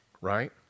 right